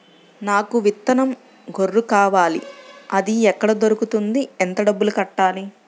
నాకు విత్తనం గొర్రు కావాలి? అది ఎక్కడ దొరుకుతుంది? ఎంత డబ్బులు కట్టాలి?